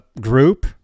group